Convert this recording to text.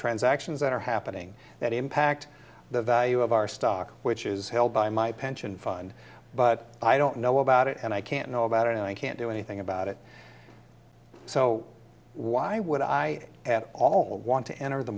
transactions that are happening that impact the value of our stock which is held by my pension fund but i don't know about it and i can't know about it and i can't do anything about it so why would i all want to enter the